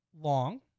long